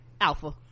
alpha